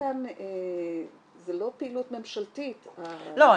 זו לא פעילות ממשלתית -- לא,